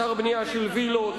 אתר בנייה של וילות,